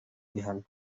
n’ibihano